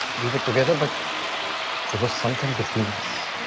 we were together. but there was something between us.